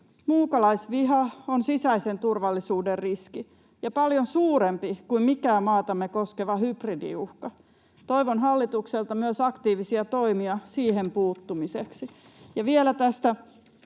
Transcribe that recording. Muukalaisviha on sisäisen turvallisuuden riski ja paljon suurempi kuin mikään maatamme koskeva hybridiuhka. Toivon hallitukselta myös aktiivisia toimia siihen puuttumiseksi.